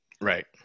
Right